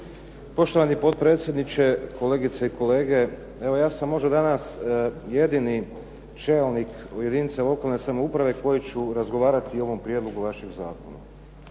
Poštovani potpredsjedniče, kolegice i kolege, evo ja sam možda danas jedini čelnik u jedinice lokalne samouprave koji ću razgovarati o ovom prijedlogu vašeg zakona.